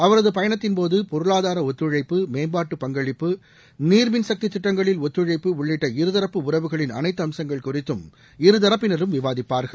அவரது பயணத்தின்போது பொருளாதார ஒத்துழைப்பு மேம்பாட்டு பங்களிப்பு நீர்மின் சக்தி திட்டங்களில் ஒத்துழைப்பு உள்ளிட்ட இருதரப்பு உறவுகளின் அனைத்து அம்சங்கள் குறித்தம் இருதரப்பினரும் விவாதிப்பார்கள்